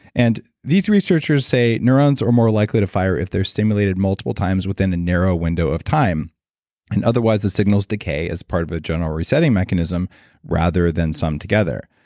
and these researchers say neurons are more likely to fire if they're stimulated multiple times within a narrow window of time and otherwise, the signals decay as part of a general resetting mechanism rather than some together.